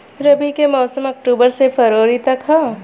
रबी के मौसम अक्टूबर से फ़रवरी तक ह